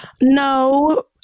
No